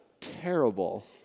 terrible